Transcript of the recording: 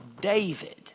David